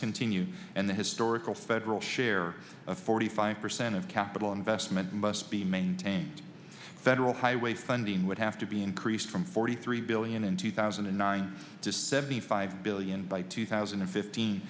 continue and the historical federal share of forty five percent of capital investment must be maintained federal highway funding would have to be increased from forty three billion in two thousand and nine to seventy five billion by two thousand and fifteen